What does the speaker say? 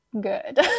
good